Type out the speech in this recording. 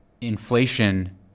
inflation